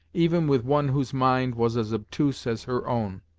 even with one whose mind was as obtuse as her own.